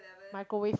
microwave